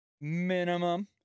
Minimum